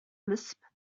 lisp